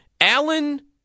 Allen